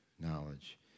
knowledge